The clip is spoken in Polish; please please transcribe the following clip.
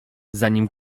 zanim